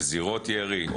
יש זירות ירי,